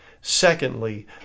Secondly